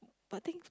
but I think